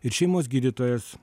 ir šeimos gydytojas